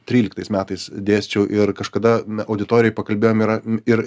tryliktais metais dėsčiau ir kažkada auditorijoj pakalbėjom yra ir